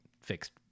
fixed